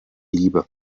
liebe